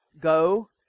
Go